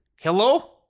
Hello